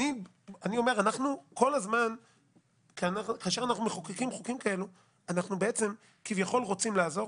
כאשר אנחנו מחוקקים חוקים כאלה אנחנו כביכול רוצים לעזור,